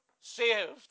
saved